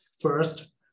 first